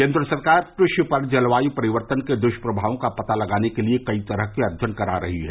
केन्द्र सरकार कृषि पर जलवायु परिवर्तन के दृषप्रभावों का पता लगाने के लिए कई तरह के अध्ययन करा रही है